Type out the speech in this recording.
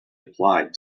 applied